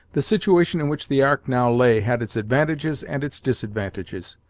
the situation in which the ark now lay had its advantages and its disadvantages.